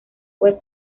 web